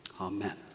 amen